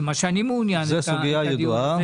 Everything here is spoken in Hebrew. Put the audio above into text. ומה שאני מעונין בדיון הזה,